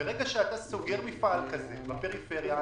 ברגע שאתה סוגר מפעל כזה בפריפריה,